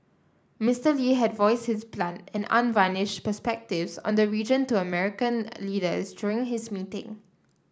Mister Lee had voiced his blunt and unvarnished perspectives on the region to American leaders during his meeting